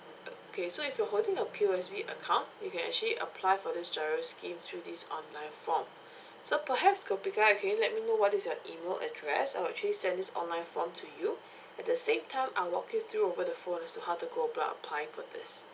o~ okay so if you're holding a P_O_S_B account you can actually apply for this giro scheme through this online form so perhaps and can you let me know what is your email address I'll actually send this online form to you at the same time I'll walk you through over the phone as to how to go about applying for this